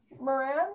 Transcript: Moran